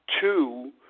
two